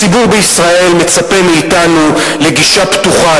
הציבור בישראל מצפה מאתנו לגישה פתוחה,